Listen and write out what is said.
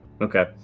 Okay